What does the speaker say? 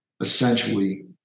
essentially